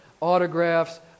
autographs